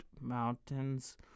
mountains